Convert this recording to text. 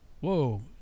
Whoa